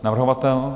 Navrhovatel?